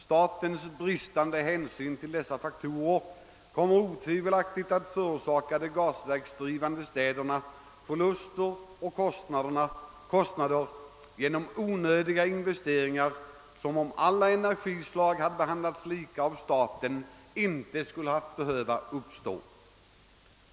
Statens bristande hänsyn till dessa faktorer kommer otvivelaktigt att förorsaka de gasverksdrivande städerna förluster och kostnader genom onödiga investeringar, vilka inte hade behövts om alla energislag behandlats lika av staten. Herr talman!